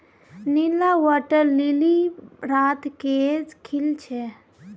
नीला water lily रात के खिल छे